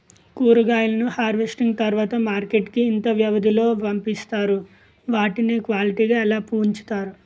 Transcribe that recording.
కూరగాయలను హార్వెస్టింగ్ తర్వాత మార్కెట్ కి ఇంత వ్యవది లొ పంపిస్తారు? వాటిని క్వాలిటీ గా ఎలా వుంచుతారు?